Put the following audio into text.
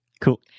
Cool